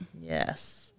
Yes